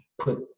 put